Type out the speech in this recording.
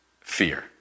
Fear